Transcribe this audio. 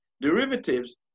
derivatives